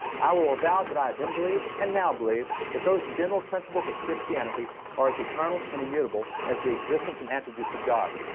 i will will avow that i then believed, and now believe, that those general principles of christianity are as eternal and immutable as the existence and attributes of god.